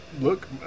look